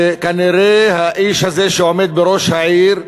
כי כנראה האיש הזה, שעומד בראש העיר,